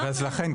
אז לכן,